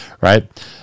right